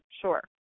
sure